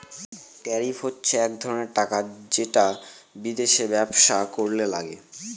tariff হচ্ছে এক ধরনের টাকা যেটা বিদেশে ব্যবসা করলে লাগে